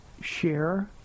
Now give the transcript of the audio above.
share